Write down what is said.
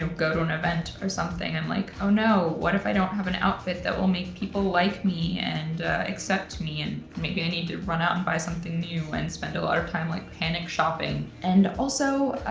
um go to an event or something, i'm like, oh no, what if i don't have an outfit that will make people like me and accept me, and maybe i need to run out and buy something new, and spend a lot of time like panic shopping. and also